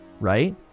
right